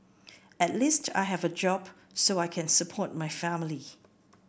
at least I have a job so I can support my family